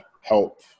help